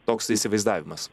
toks įsivaizdavimas